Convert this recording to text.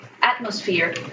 atmosphere